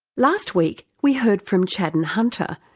last week we heard from chadden hunter,